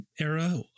era